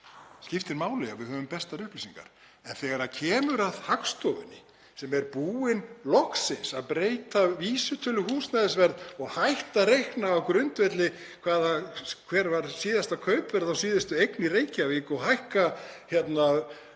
skiptir máli að við höfum bestar upplýsingar. En þegar kemur að Hagstofunni, sem er loksins búin að breyta vísitölu húsnæðisverðs og hætt að reikna á grundvelli þess hvert var síðasta kaupverð á síðustu eign í Reykjavík og hækka lán